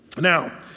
Now